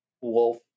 wolf